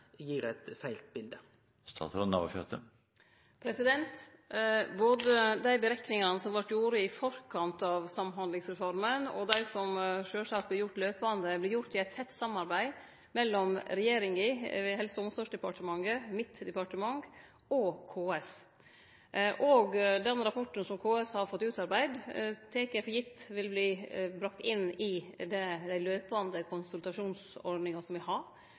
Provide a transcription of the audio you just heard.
gir eit feil bilete. Både dei berekningane som vart gjorde i forkant av Samhandlingsreforma, og dei som sjølvsagt vart gjorde løpande, vart gjorde i eit tett samarbeid mellom regjeringa ved Helse- og omsorgsdepartementet, mitt departement og KS. Eg tek for gitt at den rapporten som KS har fått utarbeidd, vil verte teke med i den løpande konsultasjonsordninga som me har.